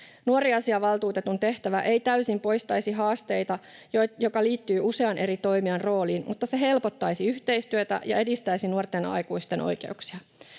Nuoriasiavaltuutetun tehtävä ei täysin poistaisi haasteita, jotka liittyvät usean eri toimijan rooleihin, mutta se helpottaisi yhteistyötä ja edistäisi nuorten aikuisten oikeuksia.